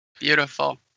beautiful